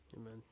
Amen